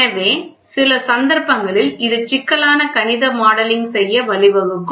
எனவே சில சந்தர்ப்பங்களில் இது சிக்கலான கணித மாடலிங் செய்ய வழிவகுக்கும்